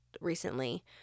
recently